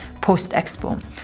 post-Expo